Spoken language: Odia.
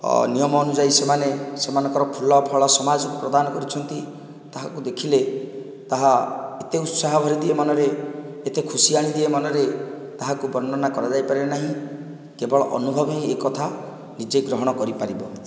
ନିୟମ ଅନୁଯାୟୀ ସେମାନେ ସେମାନଙ୍କର ଫୁଲ ଫଳ ସମାଜକୁ ପ୍ରଦାନ କରୁଛନ୍ତି ତାହାକୁ ଦେଖିଲେ ତାହା ଏତେ ଉତ୍ସାହ ଭରିଦିଏ ମନରେ ଏତେ ଖୁସି ଆଣିଦିଏ ମନରେ ତାହାକୁ ବର୍ଣ୍ଣନା କରାଯାଇପାରେ ନାହିଁ କେବଳ ଅନୁଭବ ହିଁ ଏ କଥା ନିଜେ ଗ୍ରହଣ କରିପାରିବ